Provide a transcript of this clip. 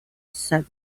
said